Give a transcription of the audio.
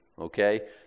okay